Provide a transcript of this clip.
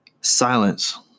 silence